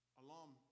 alum